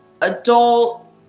adult